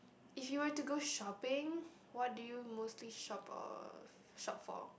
if you were to go shopping what do you mostly shop or shop for